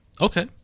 Okay